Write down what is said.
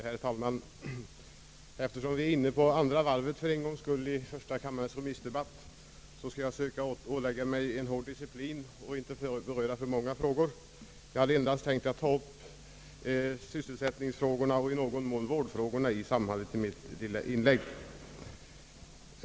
Herr talman! Eftersom vi för en gångs skull är inne på andra varvet i första kammarens remissdebatt skall jag söka ålägga mig en hård disciplin och inte beröra för många frågor. Jag skall endast ta upp sysselsättningsfrågorna och i någon mån vårdfrågorna.